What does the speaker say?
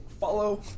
Follow